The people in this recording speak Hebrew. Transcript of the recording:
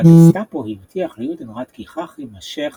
והגסטאפו הבטיח ליודנראט כי כך יימשך